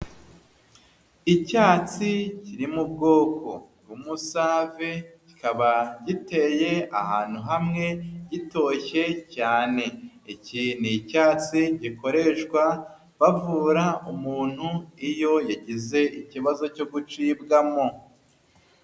Icyatsi kiri mu ubwoko umusave, kikaba giteye ahantu hamwe, gitoshye cyane, iki ni icyatsi gikoreshwa bavura umuntu iyo yagize ikibazo cyo gucibwamwo.